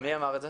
מי אמר את זה?